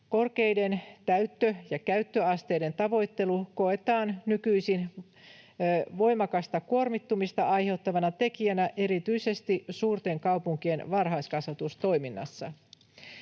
Korkeiden täyttö- ja käyttöasteiden tavoittelu koetaan nykyisin voimakasta kuormittumista aiheuttavana tekijänä erityisesti suurten kaupunkien varhaiskasvatustoiminnassa.